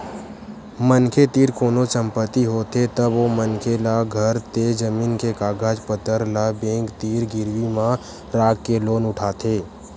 मनखे तीर कोनो संपत्ति होथे तब ओ मनखे ल घर ते जमीन के कागज पतर ल बेंक तीर गिरवी म राखके लोन उठाथे